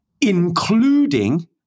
including